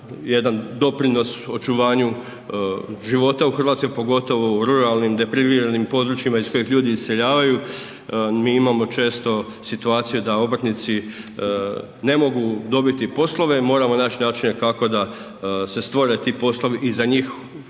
jedan doprinos očuvanju života u Hrvatskoj pogotovo u ruralnim depriviranim područjima iz kojih ljudi iseljavaju. Mi imamo često situaciju da obrtnici ne mogu dobit poslove, moramo naći načine kako da se stvore ti poslovi i za njih